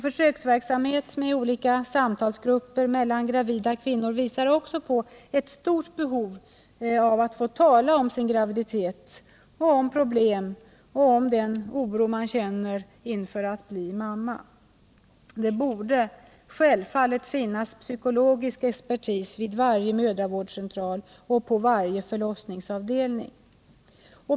Försöksverksamhet med olika samtalsgrupper mellan gravida kvinnor visar också på ett stort behov av att få tala om sin graviditet, om problem och om den oro man känner inför att bli mamma. Det borde självfallet finnas psykologisk expertis vid varje mödravårdscentral och på varje förlossningsavdelning.